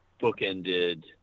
book-ended